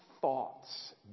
thoughts